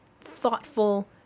thoughtful